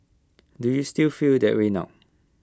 do you still feel that way now